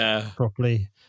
properly